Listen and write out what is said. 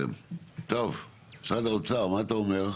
טוב, משרד האוצר מה אתה אומר?